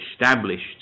established